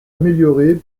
améliorée